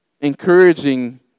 encouraging